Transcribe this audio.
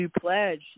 pledge